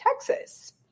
Texas